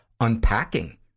unpacking